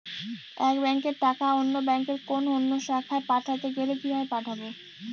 এক ব্যাংকের টাকা অন্য ব্যাংকের কোন অন্য শাখায় পাঠাতে গেলে কিভাবে পাঠাবো?